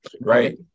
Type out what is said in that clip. Right